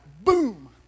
boom